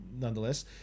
nonetheless